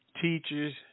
teachers